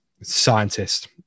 scientist